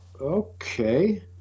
okay